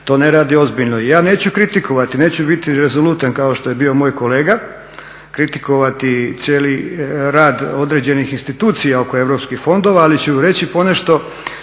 to ne radi ozbiljno. Ja neću kritikovati, neću biti rezolutan kao što je bio moj kolega, kritikovati cijeli rad određenih institucija oko europskih fondova. Ali ću reći ponešto,